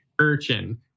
urchin